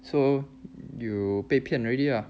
so you 被骗 already ah